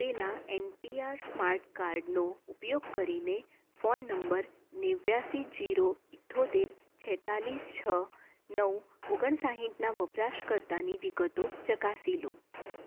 આપેલાં N P R smart કાર્ડનો ઉપયોગ કરીને ફોન નંબર નેવ્યાશી જીરો ઈઠ્યોતેર તેત્તાલીસ છ નવ ઓગનસાઠ વપરાશકર્તાની વિગતો ચકાસી લો